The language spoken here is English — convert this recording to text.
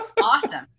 Awesome